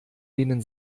denen